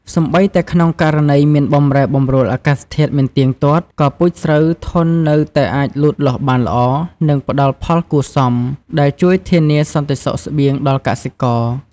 សូម្បីតែក្នុងករណីមានបម្រែបម្រួលអាកាសធាតុមិនទៀងទាត់ ក៏ពូជស្រូវធន់នៅតែអាចលូតលាស់បានល្អ និងផ្ដល់ផលគួរសម ដែលជួយធានាសន្តិសុខស្បៀងដល់កសិករ។